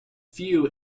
few